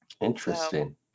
Interesting